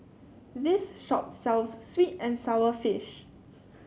this shop sells sweet and sour fish